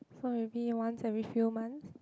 so maybe once every few months